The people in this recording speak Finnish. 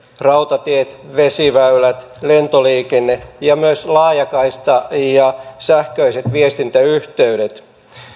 rautatiet vesiväylät lentoliikenne ja myös laajakaista ja sähköiset viestintäyhteydet